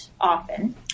often